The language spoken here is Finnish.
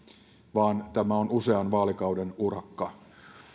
vaan tämä on usean vaalikauden urakka